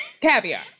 caviar